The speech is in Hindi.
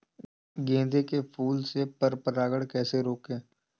गेंदे के फूल से पर परागण कैसे रोकें?